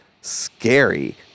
scary